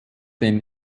den